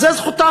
אז זו זכותם.